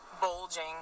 bulging